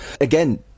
again